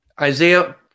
Isaiah